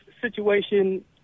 situation